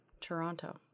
Toronto